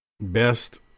best